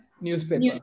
newspaper